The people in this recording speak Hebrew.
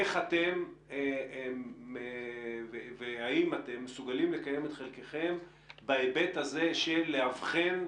איך אתם והאם אתם מסוגלים לקיים את חלקכם בהיבט הזה של אבחנת